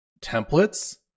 templates